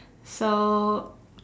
so